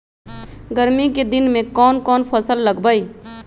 गर्मी के दिन में कौन कौन फसल लगबई?